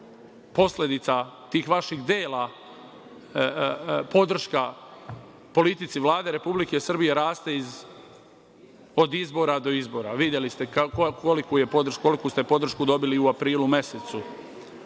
posledica tih vaših dela, podrška politici Vlade Republike Srbije raste od izbora do izbora. Videli ste koliku ste podršku dobili u aprilu mesecu. Na